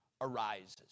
arises